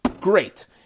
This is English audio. great